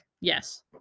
Yes